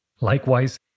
Likewise